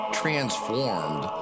transformed